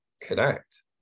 connect